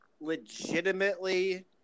legitimately